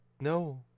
no